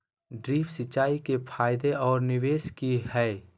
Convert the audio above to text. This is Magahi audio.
ड्रिप सिंचाई के फायदे और निवेस कि हैय?